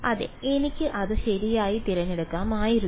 അതെ എനിക്ക് അത് ശരിയായി തിരഞ്ഞെടുക്കാമായിരുന്നു